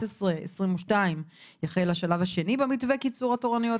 ב-30.11.2022 יחל השלב השני במתווה קיצור התורניות,